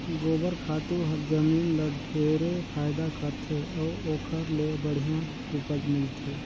गोबर खातू हर जमीन ल ढेरे फायदा करथे अउ ओखर ले बड़िहा उपज मिलथे